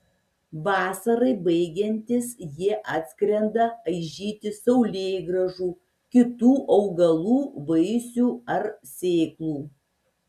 vasarai baigiantis jie atskrenda aižyti saulėgrąžų kitų augalų vaisių ar sėklų